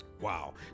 Wow